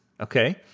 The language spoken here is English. okay